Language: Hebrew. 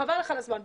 חבל לך על הזמן,